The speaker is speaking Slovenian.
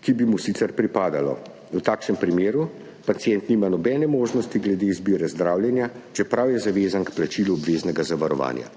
ki bi mu sicer pripadalo. V takšnem primeru pacient nima nobene možnosti glede izbire zdravljenja, čeprav je zavezan k plačilu obveznega zavarovanja.